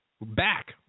back